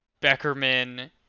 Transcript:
Beckerman